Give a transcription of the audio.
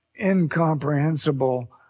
incomprehensible